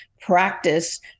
practice